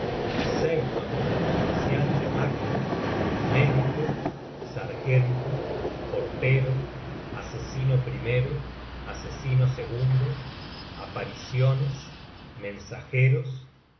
oficial de macbeth médico sargento portero asesino asesino apariciones mensajeros